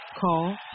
Call